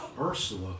Ursula